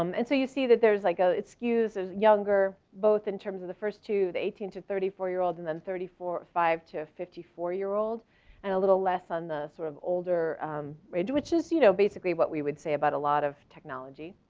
um and so you see that there's like no excuse there's younger both in terms of the first to the eighteen to thirty four year old and then thirty, forty five to fifty four year old. and a little less on the sort of older rage which is you know basically what we would say about a lot of technology.